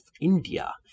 India